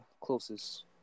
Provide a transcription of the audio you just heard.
closest